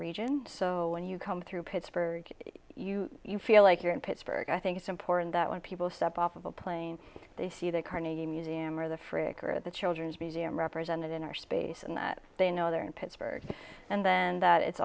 region so when you come through pittsburgh you feel like you're in pittsburgh i think it's important that when people step off of a plane they see the carnegie museum or the frick or the children's museum represented in our space and that they know they're in pittsburgh and then that it's